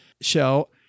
show